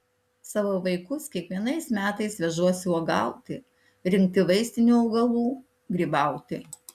savo vaikus kiekvienais metais vežuosi uogauti rinkti vaistinių augalų grybauti